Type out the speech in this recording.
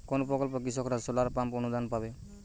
কোন প্রকল্পে কৃষকরা সোলার পাম্প অনুদান পাবে?